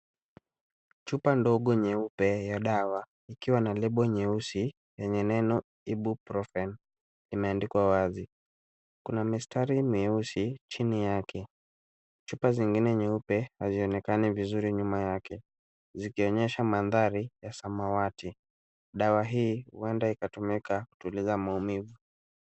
Chupa ndogo nyeupe ya dawa ikiwa Na Lebo nyeusi yenye neno ibuprofen imeandikwa wazi. Kuna mistari meusi chini yake. Chupa zingine mieupe hazionekani vizuri nyuma yake zikionyesha mandhari ya samawati. Dawa hii huenda ikatumika kutuliza maumivu.